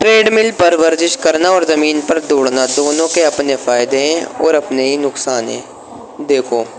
trade مل پر ورزش کرنا اور زمین پر دوڑنا دونوں کے اپنے فائدے ہیں اور اپنے ہی نقصان ہیں دیکھو